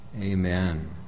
Amen